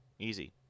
Easy